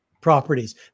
properties